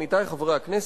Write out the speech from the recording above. עמיתי חברי הכנסת,